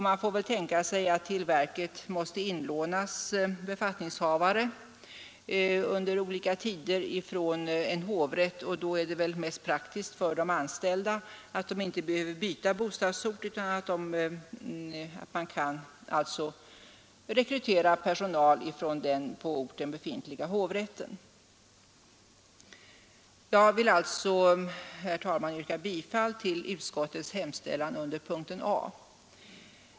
Man får väl tänka sig att under olika tider till verket måste inlånas befattningshavare från en hovrätt, och då är det mest praktiskt för de anställda att inte behöva byta bostadsort, utan att personal kan rekryteras från den på orten befintliga hovrätten. Jag vill alltså, herr talman, yrka bifall till utskottets hemställan under punkten A.